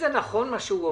מה שהוא אומר,